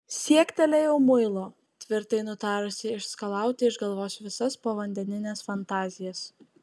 siektelėjau muilo tvirtai nutarusi išskalauti iš galvos visas povandenines fantazijas